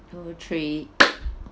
two three